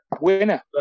Winner